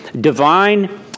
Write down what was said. divine